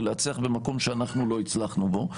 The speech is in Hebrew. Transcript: ולהצליח במקום שאנחנו לא הצלחנו בו.